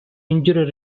injury